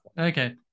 Okay